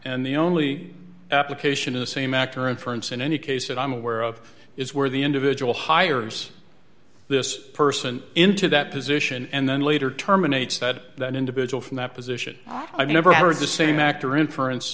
and the only application of the same actor inference in any case that i'm aware of is where the individual hires this person into that position and then later terminate said that individual from that position i've never heard the same act or inference